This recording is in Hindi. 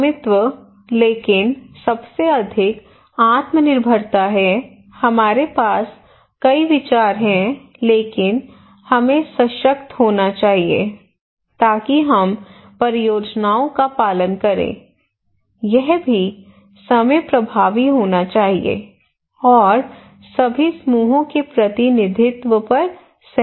स्वामित्व लेकिन सबसे अधिक आत्मनिर्भरता है हमारे पास कई विचार हैं लेकिन हमें सशक्त होना चाहिए ताकि हम परियोजनाओं का पालन करें यह भी समय प्रभावी होना चाहिए और सभी समूहों के प्रतिनिधित्व पर सहमत है